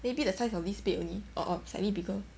maybe the size of this bed only or or slightly bigger